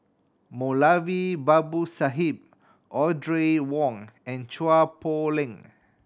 Moulavi Babu Sahib Audrey Wong and Chua Poh Leng